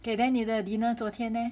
okay then 你的 dinner 昨天 leh